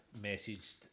messaged